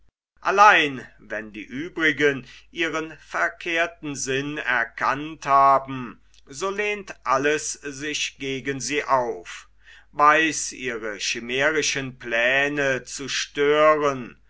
allein wann die uebrigen ihren verkehrten sinn erkannt haben so lehnt alles sich gegen sie auf weiß ihre schimärischen pläne zu stören